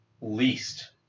least